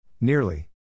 Nearly